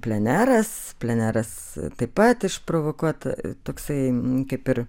pleneras pleneras taip pat išprovokuota toksai kaip ir